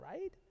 right